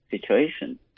situation